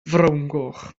frowngoch